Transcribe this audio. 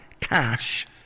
cash